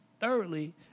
Thirdly